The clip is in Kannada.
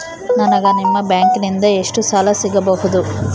ನನಗ ನಿಮ್ಮ ಬ್ಯಾಂಕಿನಿಂದ ಎಷ್ಟು ಸಾಲ ಸಿಗಬಹುದು?